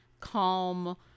calm